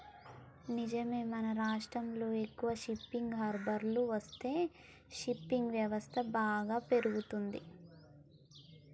నిజమే మన రాష్ట్రంలో ఎక్కువ షిప్పింగ్ హార్బర్లు వస్తే ఫిషింగ్ వ్యవస్థ బాగా పెరుగుతంది